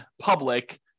public